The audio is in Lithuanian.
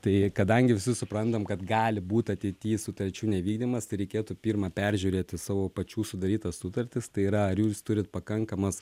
tai kadangi visi suprantam kad gali būti ateityje sutarčių nevykdymas reikėtų pirma peržiūrėti savo pačių sudarytas sutartis tai yra ar jūs turit pakankamas